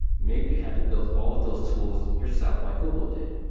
maybe you had to build all those tools yourself like google did,